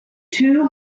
two